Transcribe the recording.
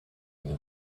and